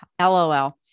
LOL